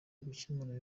gukemura